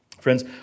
Friends